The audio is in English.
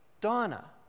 Donna